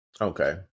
Okay